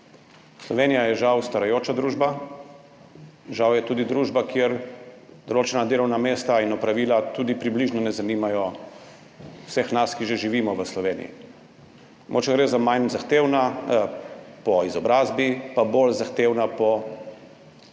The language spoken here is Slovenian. Slovenija je žal starajoča družba, žal je tudi družba, kjer določena delovna mesta in opravila tudi približno ne zanimajo vseh nas, ki že živimo v Sloveniji. Mogoče gre za manj zahtevna po izobrazbi, pa bolj zahtevna po težavnosti